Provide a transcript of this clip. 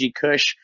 Kush